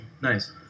Nice